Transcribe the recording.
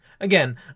Again